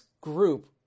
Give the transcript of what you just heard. group